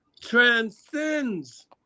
transcends